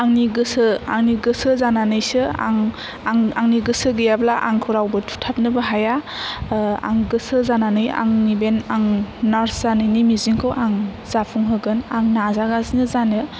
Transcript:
आंनि गोसो आंनि गोसो जानानैसो आं आंनि गोसो गैयाब्ला आंखौ रावबो थुथाबनोबो हाया आं गोसो जानानै आंनि बे आं नार्स जानायनि मिजिंखौ आं जाफुंहोगोन आं नाजागासिनो जानो